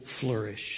flourish